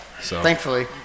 Thankfully